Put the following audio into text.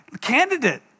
candidate